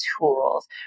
tools